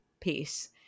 piece